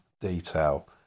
detail